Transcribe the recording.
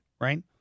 right